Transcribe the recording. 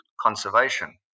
conservation